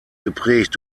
geprägt